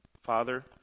Father